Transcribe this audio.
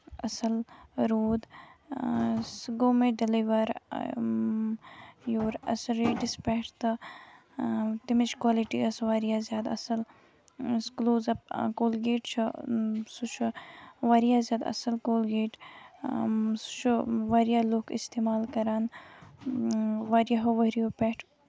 اَصٕل روٗد سُہ گوٚو مےٚ ڈیلور یور اسہِ ریٹٕس پٮ۪ٹھ تہٕ تَمِچ کالٹی ٲسۍ واریاہ زیادٕ اَصٕل کٔلوز اپ کولگیٹ چھُ سُہ چھُ واریاہ زیاد اَصٕل کولگیٹ سُہ چھُ واریاہ لُکھ اِستعمال کران واریاہو ؤریو پٮ۪ٹھ